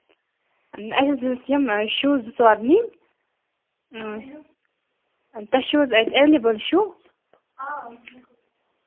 اَسہِ حظ یِمہٕ شُپۍ ژور نِنۍ تُہۍ چھُو حظ اَتہِ ایویلیبٕل شُپ